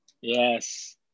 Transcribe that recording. Yes